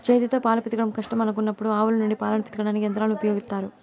చేతితో పాలు పితకడం కష్టం అనుకున్నప్పుడు ఆవుల నుండి పాలను పితకడానికి యంత్రాలను ఉపయోగిత్తారు